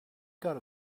got